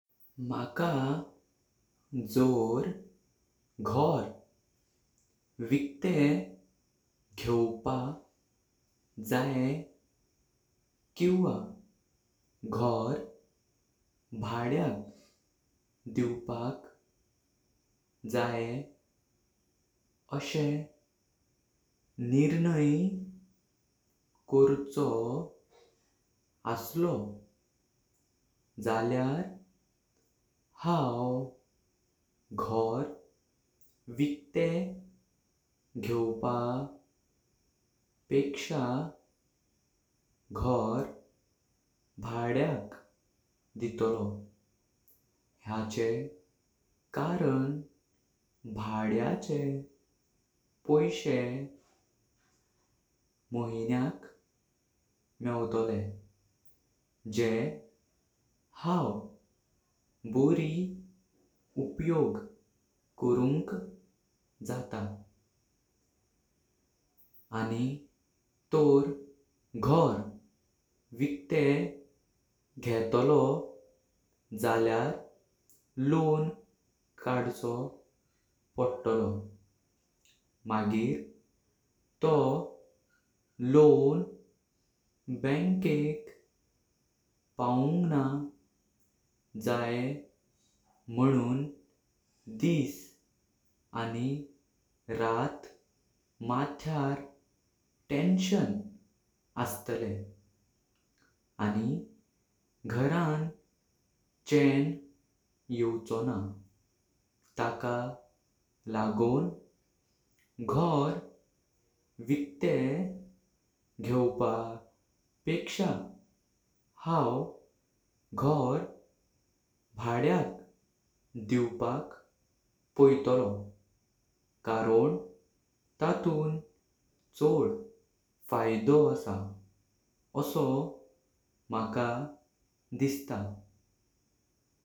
मका जोर घर विकतें घेवंपा जाय किवा घर भाड्याक दीवपाक जायें आशे निर्णय करचो आयस। असलो जाल्यार हांव घर विकतें घेवंपा पेख्षा घर भाड्याक दीतलो। ह्याचे कारण भाड्याचे पैशे महिन्यांक मेवतालेम जे हांव बोरी उपयोग करुंक जाता। आणि तोर घर विकतें घेतलो जाल्यार लोन काडचो पडतोलो मागीर तो लोन बॅंकेक पावुंक जाय मानूं दिस। आणि रात मात्यार तेंशन असतले। आणि घरांत चैन येवचोना ताका लागुन घर विकतें घेवंपा पेख्षा हांव घर भाड्याक दीवपाक पोइतलो। कारण तातां चोड फायदा आसा असो मका दिसता।